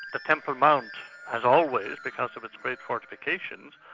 the temple mount has always because of its great fortifications,